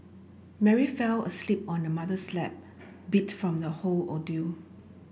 Mary fell asleep on her mother's lap beat from the whole ordeal